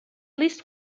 least